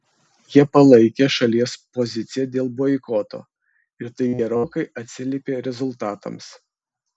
jie palaikė šalies poziciją dėl boikoto ir tai gerokai atsiliepė rezultatams